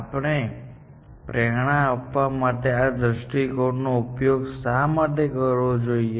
આપણે પ્રેરણા આપવા માટે આ દ્રષ્ટિકોણ નો ઉપયોગ શા માટે કરવો જોઈએ